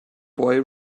boy